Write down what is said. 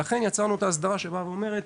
לכן יצרנו את ההסדרה, שבאה ואומרת